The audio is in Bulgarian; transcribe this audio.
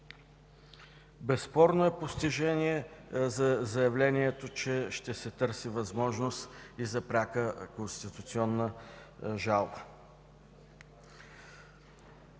Безспорно постижение е заявлението, че ще се търси възможност и за пряка конституционна жалба.